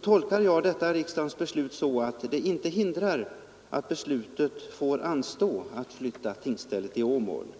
tolkar jag så att det inte hindrar att beslutet att flytta tingsrätten i Åmål får anstå.